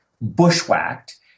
bushwhacked